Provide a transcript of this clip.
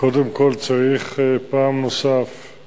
קודם כול, צריך פעם נוספת